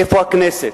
איפה הכנסת?